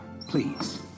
please